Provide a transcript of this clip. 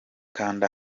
kanda